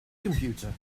computer